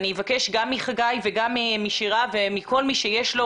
אני אבקש גם מחגי וגם משירה ומכל מי שיש לו